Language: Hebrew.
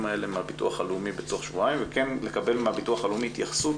האלה מהביטוח הלאומי בעוד שבועיים וכן לקבל מהביטוח הלאומי התייחסות